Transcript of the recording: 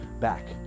back